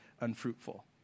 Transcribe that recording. unfruitful